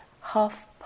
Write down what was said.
half